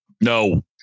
no